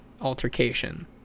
altercation